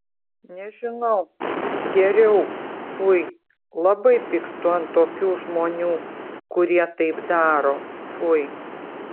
nežinau geriau fui labai pykstu ant tokių žmonių kurie taip daro fui